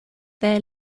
their